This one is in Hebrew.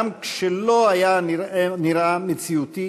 וגם כשלא נראה מציאותי